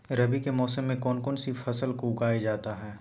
रवि के मौसम में कौन कौन सी फसल को उगाई जाता है?